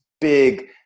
big